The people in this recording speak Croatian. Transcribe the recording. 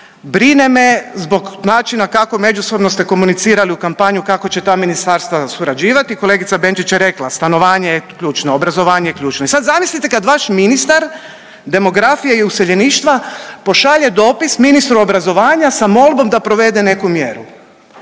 Brine me zbog načina kako međusobno ste komunicirali u kampanji kako će ta ministarstva surađivati. Kolegica Benčić je rekla stanovanje je ključno, obrazovanje je ključno. I sad zamislite kad vaš ministar demografije i useljeništva pošalje dopis ministru obrazovanja sa molbom da provede neku mjeru,